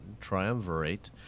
triumvirate